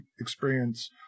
experience